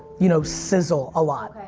you know, sizzle a lot.